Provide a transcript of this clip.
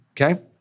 okay